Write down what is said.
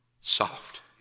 soft